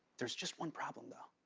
there's just one problem, though.